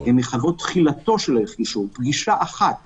הן מחייבות תחילתו של הליך גישור, פגישה אחת